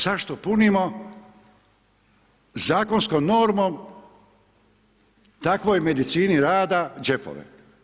Zašto punimo zakonskom normom takvoj medicini rada džepove?